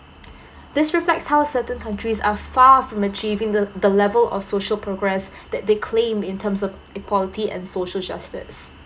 this reflects how certain countries are far from achieving the the level of social progress that they claim in terms of equality and social justice